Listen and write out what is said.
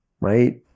right